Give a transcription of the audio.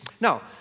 Now